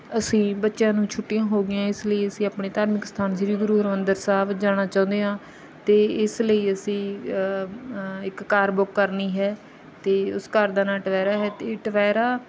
ਅਸੀਂ ਬੱਚਿਆਂ ਨੂੰ ਛੁੱਟੀਆਂ ਹੋ ਗਈਆਂ ਇਸ ਲਈ ਅਸੀਂ ਆਪਣੇ ਧਾਰਮਿਕ ਸਥਾਨ ਸ਼੍ਰੀ ਗੁਰੂ ਹਰਿਮੰਦਰ ਸਾਹਿਬ ਜਾਣਾ ਚਾਹੁੰਦੇ ਹਾਂ ਅਤੇ ਇਸ ਲਈ ਅਸੀਂ ਇੱਕ ਕਾਰ ਬੁੱਕ ਕਰਨੀ ਹੈ ਅਤੇ ਉਸ ਕਾਰ ਦਾ ਨਾਂ ਟਵੈਰਾ ਹੈ ਅਤੇ ਟਵੈਰਾ